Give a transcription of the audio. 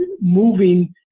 moving